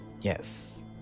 Yes